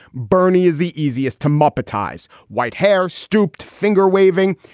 bernie is the easiest to monetize. white hair, stooped, finger waving.